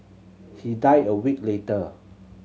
he died a week later